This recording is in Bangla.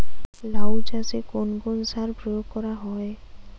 লাউ চাষে কোন কোন সার প্রয়োগ করা হয়?